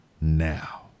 now